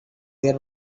there